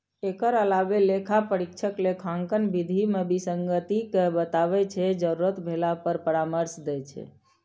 एकर अलावे लेखा परीक्षक लेखांकन विधि मे विसंगति कें बताबै छै, जरूरत भेला पर परामर्श दै छै